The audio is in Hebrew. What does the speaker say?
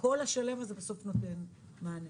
בסוף כל השלם הזה נותן מענה.